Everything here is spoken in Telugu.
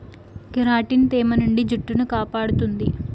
కెరాటిన్ తేమ నుండి జుట్టును కాపాడుతుంది